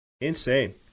Insane